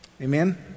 Amen